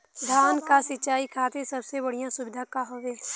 धान क सिंचाई खातिर सबसे बढ़ियां सुविधा का हवे?